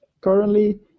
currently